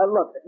Look